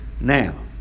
now